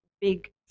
big